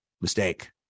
mistake